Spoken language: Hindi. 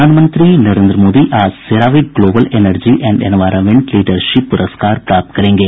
प्रधानमंत्री नरेन्द्र मोदी आज CERAWeek global energy and environment leadership प्रस्कार प्राप्त करेंगे